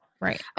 Right